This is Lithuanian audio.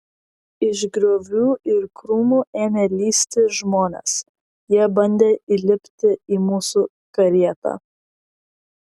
iš griovių ir krūmų ėmė lįsti žmonės jie bandė įlipti į mūsų karietą